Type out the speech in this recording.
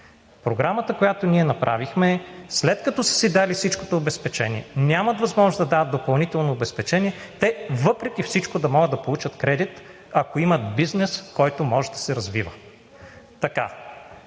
Програмата, която ние направихме, след като са си дали всичкото обезпечение и нямат възможност да дават допълнително обезпечение, те въпреки всичко да могат да получат кредит, ако имат бизнес, който може да се развива.